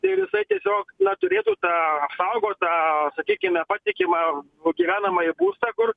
ir jisai tiesiog na turėtų tą apsaugotą sakykime patikimą gyvenamąjį būstą kur